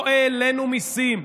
לא העלינו מיסים.